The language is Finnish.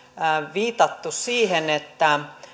viitattu siihen että